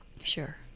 Sure